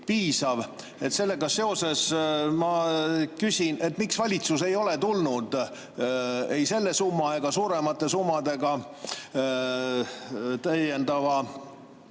piisav. Sellega seoses ma küsin, miks valitsus ei ole tulnud ei selle summa ega suuremate summadega, täiendava